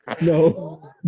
No